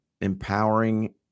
empowering